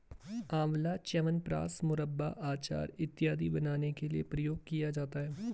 आंवला च्यवनप्राश, मुरब्बा, अचार इत्यादि बनाने के लिए प्रयोग किया जाता है